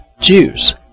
Jews